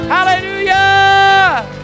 Hallelujah